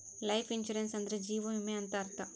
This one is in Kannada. ಲೈಫ್ ಇನ್ಸೂರೆನ್ಸ್ ಅಂದ್ರೆ ಜೀವ ವಿಮೆ ಅಂತ ಅರ್ಥ